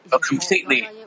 completely